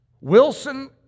Wilson